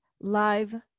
live